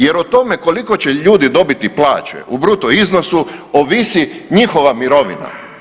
Jer o tome koliko će ljudi dobiti plaće u bruto iznosu ovisi njihova mirovina.